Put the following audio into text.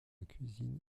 cuisine